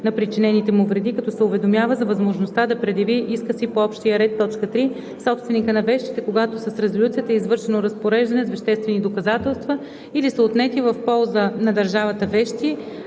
на причинените му вреди, като се уведомява за възможността да предяви иска си по общия ред; 3. собственика на вещите, когато с резолюцията е извършено разпореждане с веществени доказателства или са отнети в полза на държавата вещи,